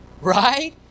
right